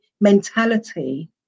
mentality